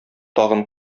тагын